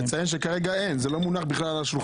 לציין שכרגע אין , זה לא מונח בכלל על השולחן.